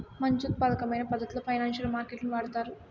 మంచి ఉత్పాదకమైన పద్ధతిలో ఫైనాన్సియల్ మార్కెట్ లను వాడుతారు